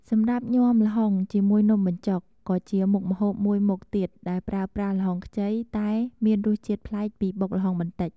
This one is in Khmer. សម្រាប់ញាំល្ហុងជាមួយនំបញ្ចុក ក៏ជាមុខម្ហូបមួយមុខទៀតដែលប្រើប្រាស់ល្ហុងខ្ចី តែមានរសជាតិប្លែកពីបុកល្ហុងបន្តិច។